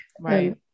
Right